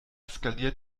skaliert